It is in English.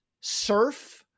surf